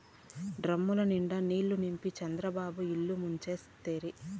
డాముల నిండా నీళ్ళు నింపి చంద్రబాబు ఇల్లు ముంచేస్తిరి